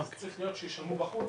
זה צריך להיות שישלמו בחוץ